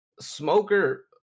Smoker